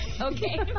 Okay